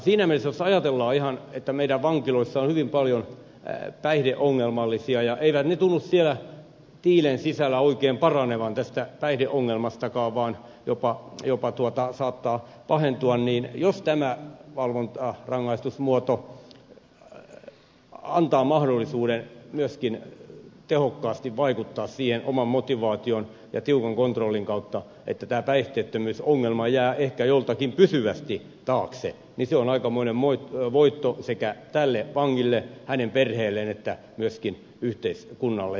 siinä mielessä jos ajatellaan että meidän vankiloissamme on hyvin paljon päihdeongelmaisia ja he eivät tunnu siellä tiilen sisällä oikein paranevan tästä päihdeongelmastakaan vaan se jopa saattaa pahentua niin jos tämä valvontarangaistusmuoto antaa mahdollisuuden myöskin tehokkaasti vaikuttaa siihen oman motivaation ja tiukan kontrollin kautta että tämä päihdeongelma jää ehkä joltakin pysyvästi taakse niin se on aikamoinen voitto sekä tälle vangille hänen perheelleen että myöskin yhteiskunnalle